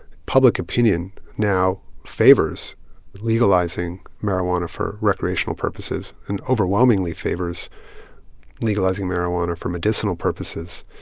public opinion now favors legalizing marijuana for recreational purposes and overwhelmingly favors legalizing marijuana for medicinal purposes.